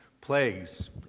plagues